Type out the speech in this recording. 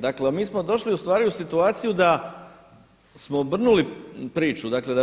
Dakle, mi smo došli u stvari u situaciju da smo obrnuli priču, dakle